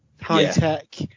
high-tech